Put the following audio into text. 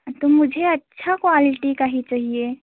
तो मुझे अच्छा क्वालिटी का ही चाहिए